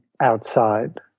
outside